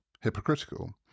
hypocritical